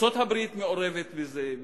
שארצות-הברית מעורבת בזה,